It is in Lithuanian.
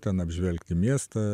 ten apžvelgti miestą